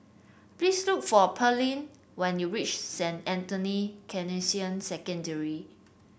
please look for Pairlee when you reach Saint Anthony's Canossian Secondary